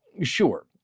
Sure